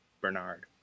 Bernard